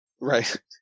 Right